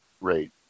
rate